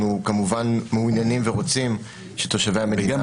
אנחנו כמובן מעוניינים ורוצים שתושבי המדינה --- וגם